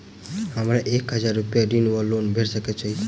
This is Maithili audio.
हमरा एक हजार रूपया ऋण वा लोन भेट सकैत अछि?